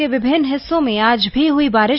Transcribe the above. के विभिन्न हिस्सों में आज भी हुयी बारि